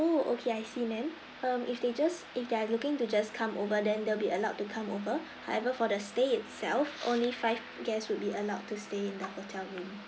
oh okay I see ma'am um if they just if they are looking to just come over then they'll be allowed to come over however for the stay itself only five guests would be allowed to stay in the hotel room